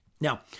Now